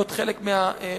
להיות אחד החברים